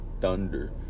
thunder